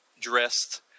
dressed